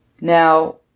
Now